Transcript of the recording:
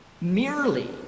merely